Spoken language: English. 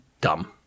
dumb